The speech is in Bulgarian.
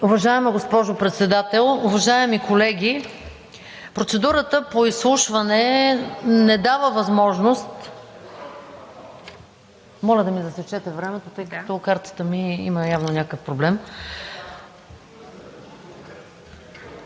Уважаема госпожо Председател, уважаеми колеги! Процедурата по изслушване не дава възможност… Моля да ми засечете времето, тъй като картата ми има някакъв проблем.